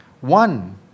one